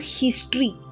history